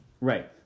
Right